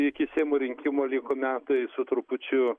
iki seimo rinkimų liko metai su trupučiu